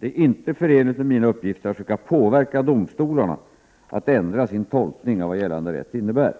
Det är inte förenligt med mina uppgifter att försöka påverka domstolarna att ändra sin tolkning av vad gällande rätt innebär.